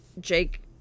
jake